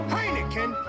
Heineken